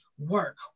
work